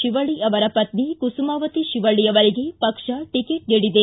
ಶಿವಳ್ಳಿ ಅವರ ಪತ್ನಿ ಕುಸುಮಾವತಿ ಶಿವಳ್ಳಿ ಅವರಿಗೆ ಪಕ್ಷ ಟಿಕೆಟ್ ನೀಡಿದೆ